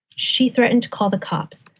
she threatened to call the cops.